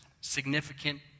significant